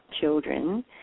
children